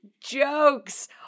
Jokes